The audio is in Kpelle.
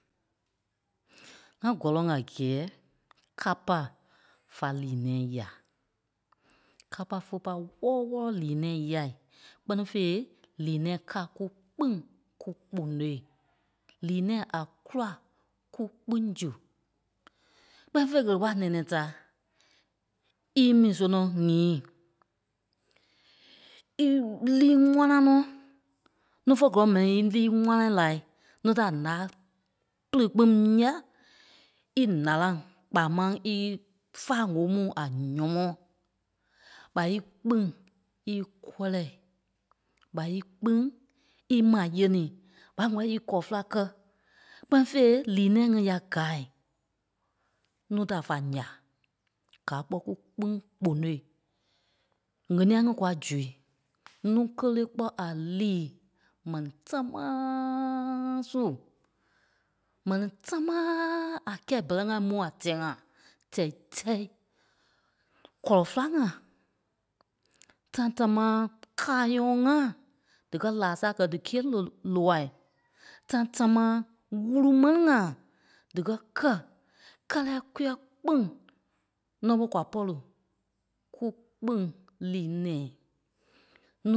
ŋá gɔ́lɔŋ a gɛ́ɛ kâpa fa lii nɛ̃ɛ yà. Kâpa fé pâi wɔ́lɔ wɔlɔ lii nɛ̃ɛ yâi. Kpɛ́ni fêi, lii nɛ̃ɛ káa kú kpîŋ kú kponôi. Lii nɛ̃ɛ a kûla kú kpîŋ su. Kpɛ́ni fêi ɣele wala nɛ̃ɛ nɛ̃ɛ da í í mu sìɣe nɔ́ nyiî ílii ŋwána nɔ́ núu fé gɔ́lɔŋ m̀ɛnii í ílii ŋwàna lai. Núu ǹáa píli kpîŋ yá, í nàraŋ kpaa máŋ í fáa ŋ̀óo mu a nyɔ́mɔɔ, b́a í kpîŋ í kɔlɛi ɓa í kpîŋ í maa yèŋ ni ɓa ŋ̀wɛlii í kɔlɔ féla kɛ́. Kpɛ́ni fêi lii nɛ̃ɛ ŋí ya gâai núu da fa ǹya, gáa kpɔ́ kú kpîŋ kponôi. ŋ̀éniɛi ŋí kwa zui, núu kélee kpɔ́ a liî m̀ɛni támaaaa su, M̀ɛni támaaaaa a kɛ̂i bɛ́rɛ ŋai mu a tɛɛ ŋa tɛ̂i tɛi. Kɔlɔ féla ŋa, tãi támaa káayɔɔ ŋa, díkɛ laa sa kɛ̀ dí kîe ni loai. Tãi támaa wúlu mɛni ŋa díkɛ kɛ̂, kɛ́lɛ kúa kpîŋ nɔ́ ɓé kwa pɔ̂ri kú kpîŋ lii nɛ̃ɛi.